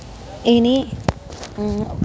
ഇനി